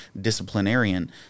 disciplinarian